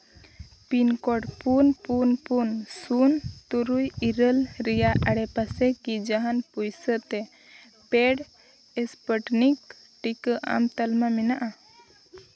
pin code ᱯᱩᱱ ᱯᱩᱱ ᱯᱩᱱ ᱥᱩᱱ ᱛᱩᱨᱩᱭ ᱤᱨᱟᱹᱞ ᱨᱮᱭᱟᱜ ᱟᱲᱮᱯᱟᱥᱮ ᱠᱤ ᱡᱟᱦᱟᱱ ᱯᱩᱭᱥᱟᱹ ᱛᱮ ᱯᱮᱰ ᱮᱥᱯᱩᱴᱤᱱᱤᱠ ᱴᱤᱠᱟᱹ ᱟᱢ ᱛᱟᱞᱢᱟ ᱢᱮᱱᱟᱜᱼᱟ